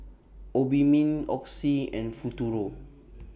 Obimin Oxy and Futuro